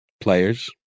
players